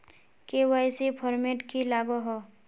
KYC format की लागोहो?